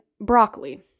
broccoli